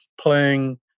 playing